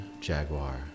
jaguar